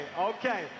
okay